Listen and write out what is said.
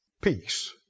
Peace